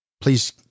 Please